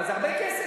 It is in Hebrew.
אבל זה הרבה כסף.